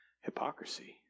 hypocrisy